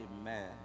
Amen